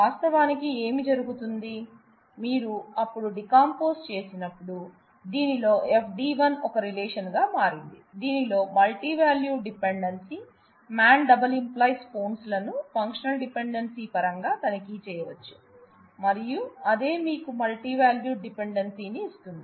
వాస్తవానికి ఏమి జరుగుతుంది మీరు అప్పుడు డీకంపోజ్ చేసినప్పుడు దీనిలో FD1 ఒక రిలేషన్ గా మారింది దీనిలో మల్టీవాల్యూడ్ డిపెండెన్సీ పరంగా తనిఖీ చేయవచ్చు మరియు అదే మీకు మల్టీ వాల్యూ డిపెండెన్సీని ఇస్తుంది